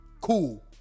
cool